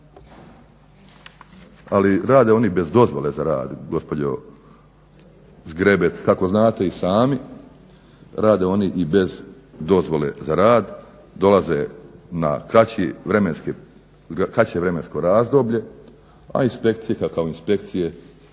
Ali rade oni bez dozvole za rad gospođo Zgrebec kako znate sami, rade oni i bez dozvole za rad, dolaze na kraće vremensko razdoblje, a inspekcije kakav inspekcije